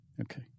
Okay